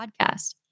podcast